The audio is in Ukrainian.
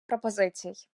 пропозицій